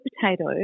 potato